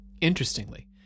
Interestingly